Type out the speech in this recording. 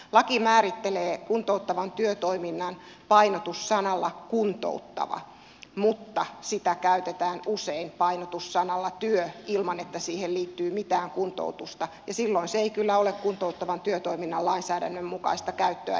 laki määrittelee kuntouttavan työtoiminnan painotussanalla kuntouttava mutta sitä käytetään usein painotus sanalla työ ilman että siihen liittyy mitään kuntoutusta ja silloin se ei kyllä ole kuntouttavan työtoiminnan lainsäädännön mukaista käyttöä